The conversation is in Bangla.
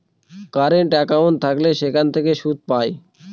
কারেন্ট একাউন্ট থাকলে সেখান থেকে সুদ পায়